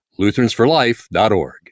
Lutheransforlife.org